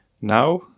now